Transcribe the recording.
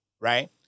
Right